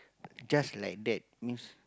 just like that means